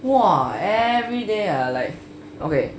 !wah! everyday like okay